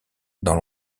dans